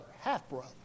half-brother